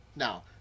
Now